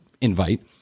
invite